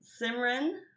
Simran